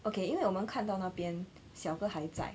okay 因为我们看到那边小哥还在